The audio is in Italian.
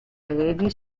arredi